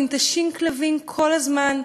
ננטשים כלבים כל הזמן,